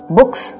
Books